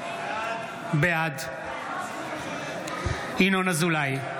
בעד ינון אזולאי,